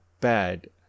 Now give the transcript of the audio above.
bad